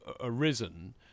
arisen